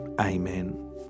amen